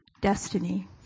destiny